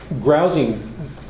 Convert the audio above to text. grousing